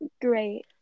Great